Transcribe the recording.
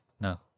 no